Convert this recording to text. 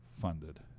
funded